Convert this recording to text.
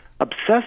obsessive